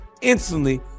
instantly